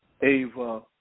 Ava